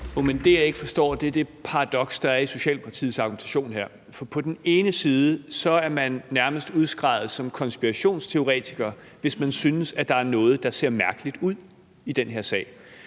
det, jeg ikke forstår, er det paradoks, der er i Socialdemokratiets argumentation her. For på den ene side er man nærmest udskreget som konspirationsteoretiker, hvis man synes, der er noget, der ser mærkeligt ud i den her sag.